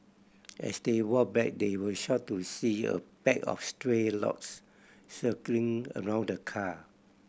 as they walked back they were shocked to see a pack of stray logs circling around the car